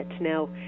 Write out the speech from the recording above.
now